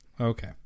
Okay